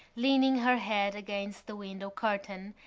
leaning her head against the window curtain,